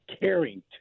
caring